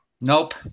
Nope